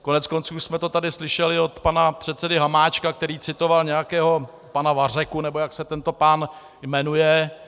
Koneckonců už jsme to tady slyšeli od pana předsedy Hamáčka, který citoval nějakého pana Vařeku nebo jak se tento pán jmenuje.